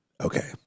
Okay